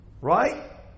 Right